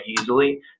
easily